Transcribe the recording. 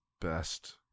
best